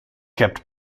kept